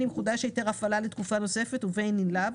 אם חודש היתר ההפעלה לתקפה נוספת ובין אם לאו,